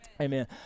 Amen